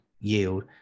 yield